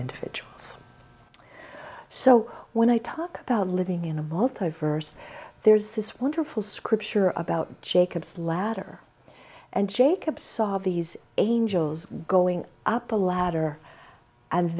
individuals so when i talk about living in a multiverse there's this wonderful scripture about jacob's ladder and jacob solve these angels going up the ladder and